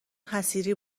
حصیری